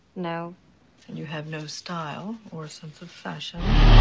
now you have no style or sense of fashion.